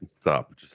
Stop